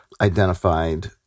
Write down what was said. identified